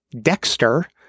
Dexter—